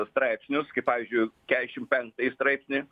straipsnius kaip pavyzdžiui kesšim penktąjį straipsnį